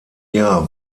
jahr